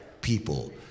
people